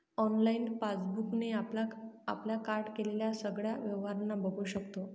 online passbook ने आपल्या card केलेल्या सगळ्या व्यवहारांना बघू शकतो